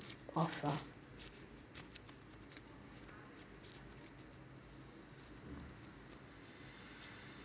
offer